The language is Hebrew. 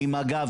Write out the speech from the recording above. ממג"ב.